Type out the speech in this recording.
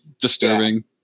disturbing